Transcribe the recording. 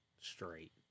straight